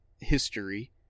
history